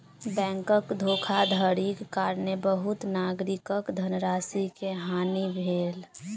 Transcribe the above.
बैंकक धोखाधड़ीक कारणेँ बहुत नागरिकक धनराशि के हानि भेल